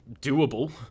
doable